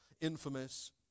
infamous